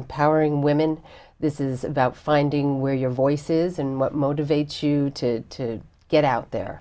empowering women this is about finding where your voices and what motivates you to get out there